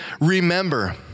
remember